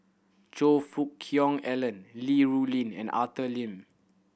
Choe Fook Cheong Alan Li Rulin and Arthur Lim